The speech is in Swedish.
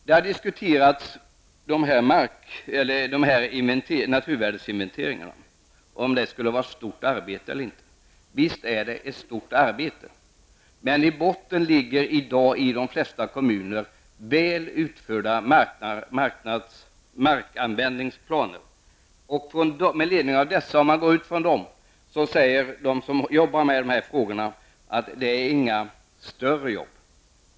Det har diskuterats om dessa naturvärdesinventeringar skulle innebära ett stort arbete eller inte. Visst är det ett stort arbete, men i botten finns i dag i de flesta kommuner väl utförda markanvändningsplaner. De som arbetar med dessa frågor säger att om man utgår ifrån dessa, innebär en naturvärdesinventering inte något större arbete.